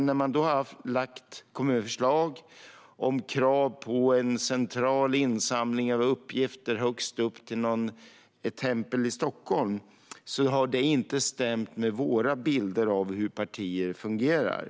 När man har kommit med förslag om krav på central insamling av uppgifter till något tempel i Stockholm har detta inte stämt med vår bild av hur partier fungerar.